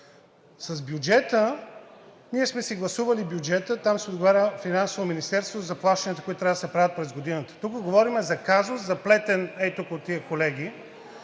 С бюджета… ние сме си гласували бюджета. Там си отговаря Финансовото министерство за плащанията, които трябва да се правят през годината. Тук говорим за казус, заплетен ей тук от тези колеги